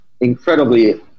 incredibly